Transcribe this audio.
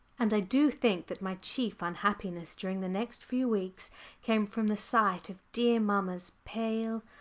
and i do think that my chief unhappiness during the next few weeks came from the sight of dear mamma's pale,